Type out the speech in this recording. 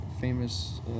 famous